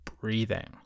breathing